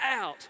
out